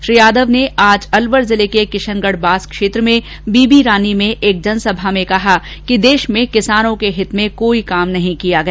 श्री यादव ने आज अलवर जिले के किशनगढबास क्षेत्र में बीबीरानी में एक जनसभा में कहा कि देश में किसानों के हित में कोई काम नहीं किया गया